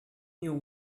knew